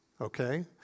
Okay